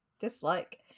dislike